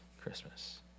Christmas